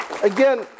Again